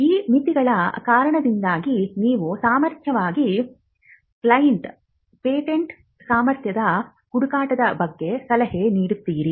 ಈ ಮಿತಿಗಳ ಕಾರಣದಿಂದಾಗಿ ನೀವು ಸಾಮಾನ್ಯವಾಗಿ ಕ್ಲೈಂಟ್ಗೆ ಪೇಟೆಂಟ್ ಸಾಮರ್ಥ್ಯದ ಹುಡುಕಾಟದ ಬಗ್ಗೆ ಸಲಹೆ ನೀಡುತ್ತೀರಿ